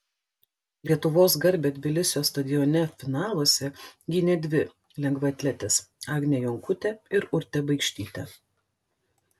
lietuvos garbę tbilisio stadione finaluose gynė dvi lengvaatletės agnė jonkutė ir urtė baikštytė